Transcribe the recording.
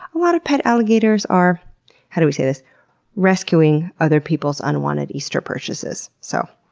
a lot of pet alligators are how do we say this rescuing other people's unwanted easter purchases. so,